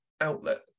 outlet